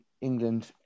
England